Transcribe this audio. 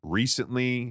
recently